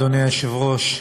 אדוני היושב-ראש,